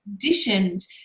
conditioned